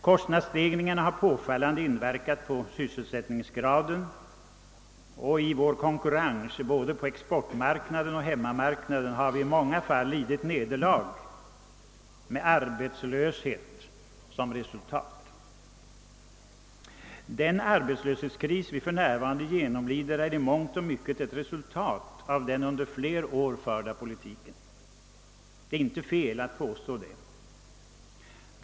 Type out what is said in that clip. Kostnadsstegringarna har påfallande påverkat sysselsättningsgraden, och i vår konkurrens både på exportmarknaden och på hemmamarknaden har vi i många fall lidit nederlag med arbetslöshet som resultat. Den arbetslöshetskris vi för närvarande genomlider är i mångt och mycket ett resultat av den under flera år förda politiken. Det är inte fel att påstå detta.